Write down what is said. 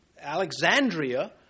Alexandria